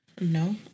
No